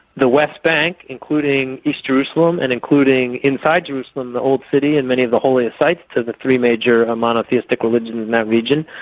the west bank, including east jerusalem and including inside jerusalem the old city and many of the holier sites of the three major monotheistic religions in that region,